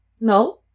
no